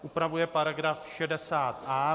Upravuje § 60a.